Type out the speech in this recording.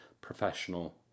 professional